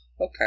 Okay